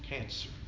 cancer